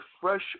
fresh